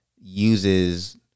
Uses